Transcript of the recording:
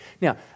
Now